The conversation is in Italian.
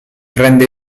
prende